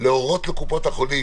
אני מבקש להורות לקופות החולים